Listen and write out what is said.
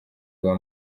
rwa